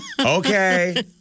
Okay